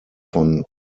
von